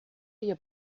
your